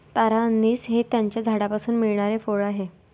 तारा अंनिस हे त्याच्या झाडापासून मिळणारे फळ आहे